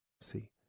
See